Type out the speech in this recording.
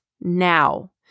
now